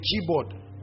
keyboard